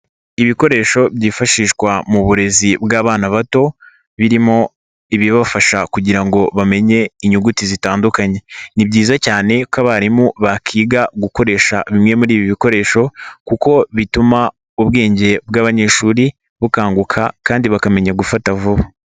Ibikoresho byifashishwa mu burezi bw'abana bato, birimo ibibafasha kugira ngo bamenye inyuguti zitandukanye. Ni byiza cyane ko abarimu bakiga gukoresha bimwe muri ibi bikoresho kuko bituma ubwenge bw'abanyeshuri bukanguka kandi bakamenya gufata vuba.